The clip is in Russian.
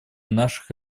наших